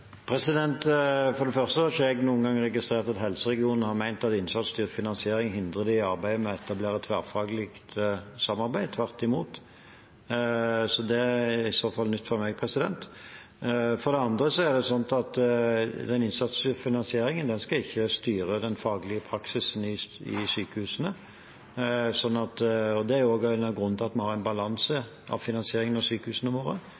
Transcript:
For det første har ikke jeg noen gang registrert at helseregionene har ment at innsatsstyrt finansiering hindrer dem i å arbeide med å etablere tverrfaglig samarbeid – tvert imot. Det er i så fall nytt for meg. For det andre skal den innsatsstyrte finansieringen ikke styre den faglige praksisen i sykehusene. Det er også en av grunnene til at vi har en balanse i finansieringen av sykehusene våre